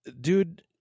Dude